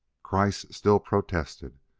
kreiss still protested.